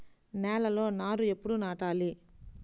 నేలలో నారు ఎప్పుడు నాటాలి?